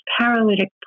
paralytic